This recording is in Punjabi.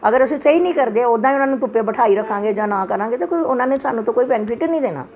ਅਗਰ ਅਸੀਂ ਸਹੀ ਨਹੀਂ ਕਰਦੇ ਉੱਦਾਂ ਹੀ ਉਹਨੂੰ ਧੁੱਪੇ ਬਿਠਾਈ ਰੱਖਾਂਗੇ ਜਾਂ ਨਾ ਕਰਾਂਗੇ ਤਾਂ ਕੋਈ ਉਹਨਾਂ ਨੇ ਸਾਨੂੰ ਤਾਂ ਕੋਈ ਬੈਨੀਫਿਟ ਹੀ ਨਹੀਂ ਦੇਣਾ